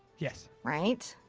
yes. right.